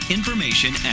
information